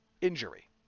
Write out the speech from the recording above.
injury